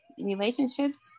relationships